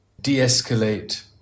de-escalate